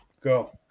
Go